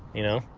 you know?